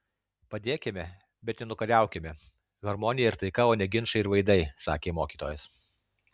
padėkime bet ne nukariaukime harmonija ir taika o ne ginčai ir vaidai sakė mokytojas